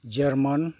German